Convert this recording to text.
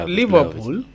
liverpool